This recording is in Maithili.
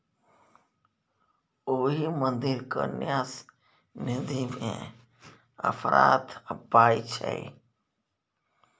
ओहि मंदिरक न्यास निधिमे अफरात पाय छै